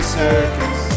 circus